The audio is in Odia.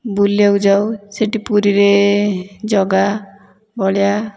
ବୁଲିବାକୁ ଯାଉ ସେଠି ପୁରୀରେ ଜଗା ବଳିଆ